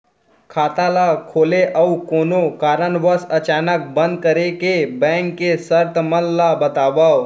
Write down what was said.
खाता ला खोले अऊ कोनो कारनवश अचानक बंद करे के, बैंक के शर्त मन ला बतावव